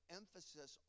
emphasis